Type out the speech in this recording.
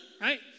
right